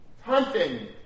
Hunting